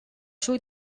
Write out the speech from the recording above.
шүү